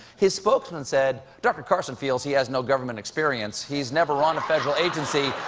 his spokesman said dr. carson feels he has no government experience. he's never run a federal agency.